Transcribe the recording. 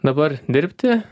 dabar dirbti